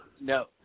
No